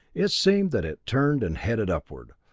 it seemed that it turned and headed upward,